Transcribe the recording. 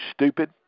stupid